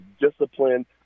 discipline